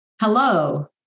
hello